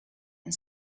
and